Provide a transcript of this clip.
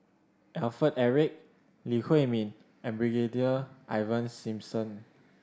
Alfred Eric Lee Huei Min and Brigadier Ivan Simson